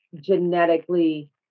genetically